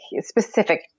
specific